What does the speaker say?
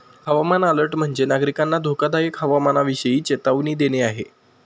हवामान अलर्ट म्हणजे, नागरिकांना धोकादायक हवामानाविषयी चेतावणी देणे आहे